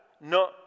No